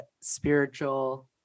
spiritual